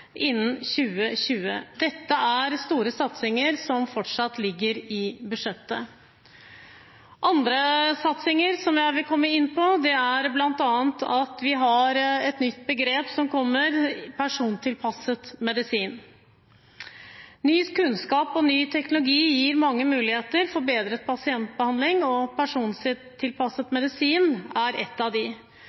innen 2020. Dette er store satsinger som fortsatt ligger i budsjettet. Andre satsinger som jeg vil komme inn på, er bl.a. at vi har et nytt begrep som kommer, persontilpasset medisin. Ny kunnskap og ny teknologi gir mange muligheter for bedre pasientbehandling, og persontilpasset medisin er en av